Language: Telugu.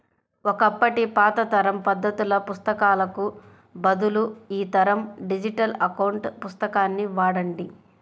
ఒకప్పటి పాత తరం పద్దుల పుస్తకాలకు బదులు ఈ తరం డిజిటల్ అకౌంట్ పుస్తకాన్ని వాడండి